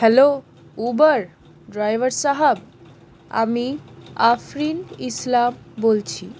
hello Uber driver সাহাব আমি আফ্রিন ইসলাম বলছি